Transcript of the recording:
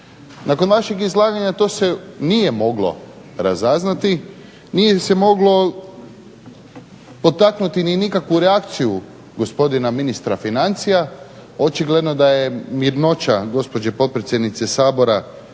Nakon vašeg izlaganja to se nije moglo razaznati, nije se moglo potaknuti ni nikakvu reakciju gospodina ministra financija. Očigledno da je mirnoća gospođe potpredsjednice Sabora